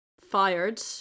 fired